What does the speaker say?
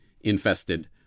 infested